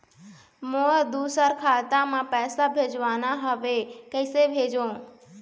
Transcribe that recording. मोर दुसर खाता मा पैसा भेजवाना हवे, कइसे भेजों?